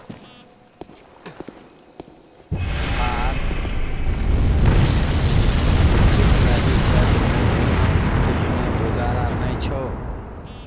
खाद छिटलही खेतमे बिना छीटने गुजारा नै छौ